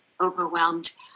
overwhelmed